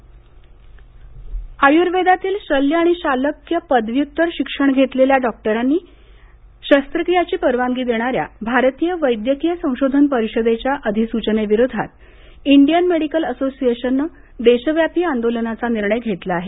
IMA आयुर्वेदातील शल्य आणि शालक्य पदव्युत्तर शिक्षण घेतलेल्या डॉक्टरांना शस्त्रक्रियांची परवानगी देणाऱ्या भारतीय वैद्यकीय संशोधन परिषदेच्या अधिसूचनेविरोधात इंडियन मेडिकल असोसिएशन नं देशव्यापी आंदोलनचा निर्णय घेतला आहे